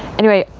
anyway,